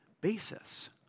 basis